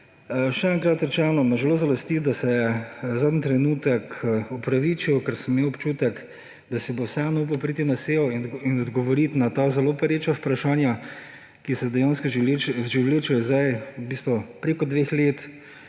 Še enkrat rečeno; me zelo žalosti, da se je zadnji trenutek opravičil, ker sem imel občutek, da si bo vseeno upal priti na sejo in odgovoriti na ta zelo pereča vprašanja, ki se dejansko že vlečejo v bistvu preko dveh let,